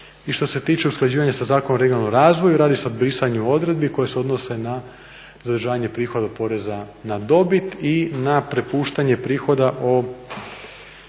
I što se tiče usklađivanja sa Zakonom o regionalnom razvoju, radi se o brisanju odredbi koje se odnose na zadržavanje prihoda od poreza na dobit i na prepuštanje prihoda o